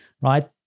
right